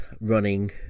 running